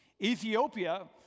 Ethiopia